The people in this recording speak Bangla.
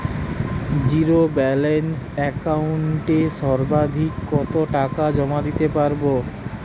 জীরো ব্যালান্স একাউন্টে সর্বাধিক কত টাকা জমা দিতে পারব?